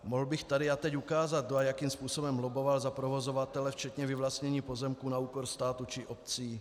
Mohl bych tady a teď ukázat, kdo a jakým způsobem lobboval za provozovatele včetně vyvlastnění pozemků na úkor státu či obcí.